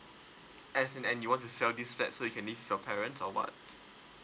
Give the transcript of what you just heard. as in and you want to sell this flat so you can live with your parents or what